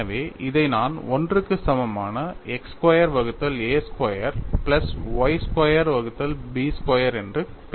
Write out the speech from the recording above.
எனவே இதை நான் 1 க்கு சமமான x ஸ்கொயர் வகுத்தல் a square plus y square வகுத்தல் b ஸ்கொயர் என்று பெறுகிறேன்